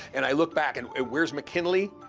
and i look back and where's mckinley?